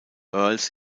earls